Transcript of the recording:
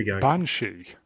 Banshee